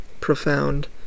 profound